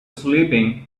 sleeping